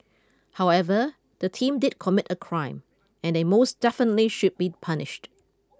however the team did commit a crime and they most definitely should be punished